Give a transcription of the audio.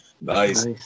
Nice